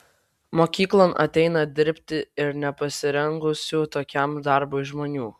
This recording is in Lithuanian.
mokyklon ateina dirbti ir nepasirengusių tokiam darbui žmonių